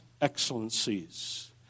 excellencies